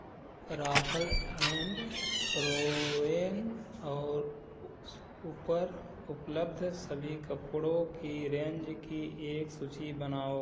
Rafale and Lauren और उस ऊपर उपलब्ध सभी कपड़ों की रेंज की एक सूची बनाओ